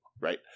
right